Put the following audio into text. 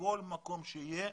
שבכל מקום שיהיה,